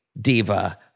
diva